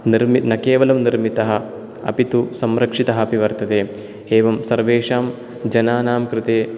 निर्मि न केवलं निर्मितः अपि तु संरक्षितः अपि वर्तते एवं सर्वेषां जनानां कृते